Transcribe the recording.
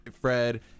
Fred